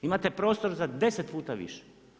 Imate prostor za 10 puta više.